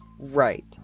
Right